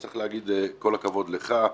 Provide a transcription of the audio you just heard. צריך להגיד כל הכבוד לך,